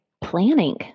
planning